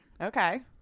Okay